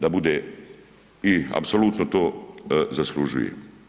Da bude i apsolutno to zaslužuje.